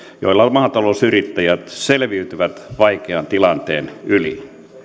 joilla maatalousyrittäjät selviytyvät vaikean tilanteen yli